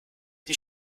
die